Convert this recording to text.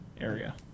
area